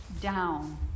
down